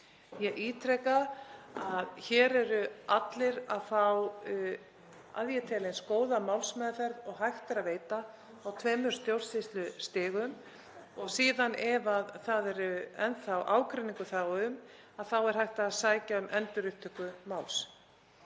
Ég ítreka að hér eru allir að fá, að ég tel, eins góða málsmeðferð og hægt er að veita á tveimur stjórnsýslustigum og síðan, ef það er enn þá ágreiningur, er hægt að sækja um endurupptöku máls.